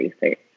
research